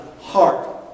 heart